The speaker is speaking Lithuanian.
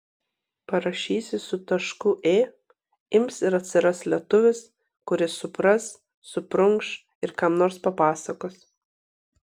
parašysi su tašku ė ims ir atsiras lietuvis kuris supras suprunkš ir kam nors papasakos